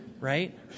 Right